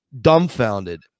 dumbfounded